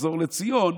לחזור לציון,